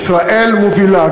ישראל מובילה.